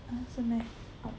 mm so nice